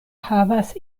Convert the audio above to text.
havas